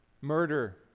Murder